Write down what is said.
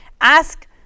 Ask